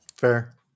fair